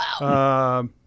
Wow